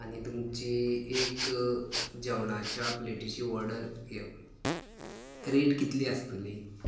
आनी तुमची एक जेवणाच्या प्लेटिची ऑर्डर रेट कितली आसतली